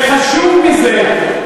וחשוב מזה,